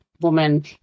woman